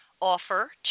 offer